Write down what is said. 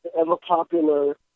ever-popular